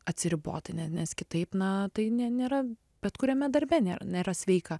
atsiriboti ne nes kitaip na tai ne nėra bet kuriame darbe ne nėra sveika